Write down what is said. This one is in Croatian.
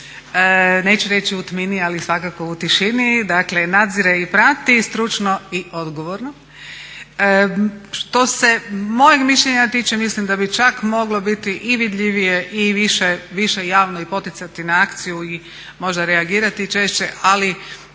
neću reći u tmini, ali svakako u tišini. Dakle, nadzire i prati stručno i odgovorno. Što se mojeg mišljenja tiče mislim da bi čak moglo biti i vidljivije i više javno i poticati na akciju i možda reagirati češće ali